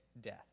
death